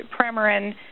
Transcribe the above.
Premarin